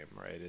right